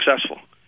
successful